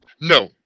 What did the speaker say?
No